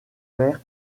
fer